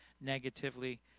negatively